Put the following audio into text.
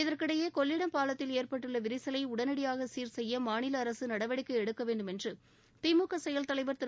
இதற்கிடையே கொள்ளிடம் பாலத்தில் ஏற்பட்டுள்ள விரிசலை உடனடியாக சீர்செய்ய மாநில அரசு நடவடிக்கை எடுக்க வேண்டும் என்று திமுக செயல் தலைவா் திரு